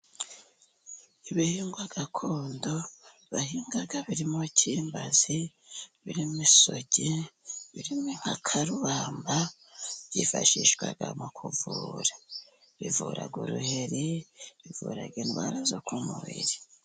Ibihingwa gakondo bahinga birimo kimbazi, birimo isogi, birimo inkakarubamba, byifashishwa mu kuvura, bivura uruheri bivura indwara zo ku mubiri.